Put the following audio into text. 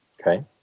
Okay